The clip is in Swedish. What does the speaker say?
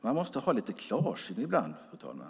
Man måste vara lite klarsynt ibland, fru talman.